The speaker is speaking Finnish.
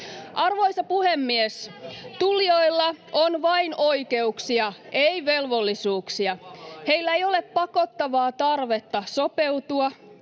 Arvoisa puhemies! Tulijoilla on vain oikeuksia, ei velvollisuuksia. Heillä ei ole pakottavaa tarvetta sopeutua